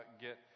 get